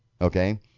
okay